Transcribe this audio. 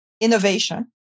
innovation